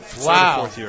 Wow